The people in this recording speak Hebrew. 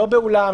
לא באולם,